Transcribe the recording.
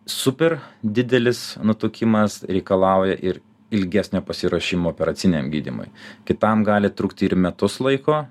super didelis nutukimas reikalauja ir ilgesnio pasiruošimo operaciniam gydymui kitam gali trukti ir metus laiko